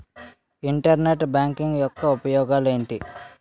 Internet banking యెక్క ఉపయోగాలు ఎంటి?